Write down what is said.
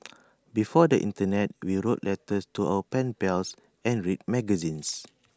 before the Internet we wrote letters to our pen pals and read magazines